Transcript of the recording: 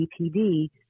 BPD